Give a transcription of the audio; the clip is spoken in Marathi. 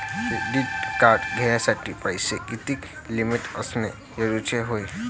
क्रेडिट कार्ड घ्यासाठी पैशाची कितीक लिमिट असनं जरुरीच हाय?